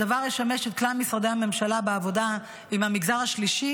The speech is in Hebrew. הדבר ישמש את כלל משרדי הממשלה בעבודה עם המגזר השלישי